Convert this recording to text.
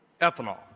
ethanol